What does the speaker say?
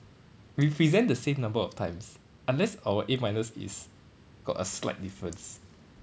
we present the same number of times unless our A minus is got a slight difference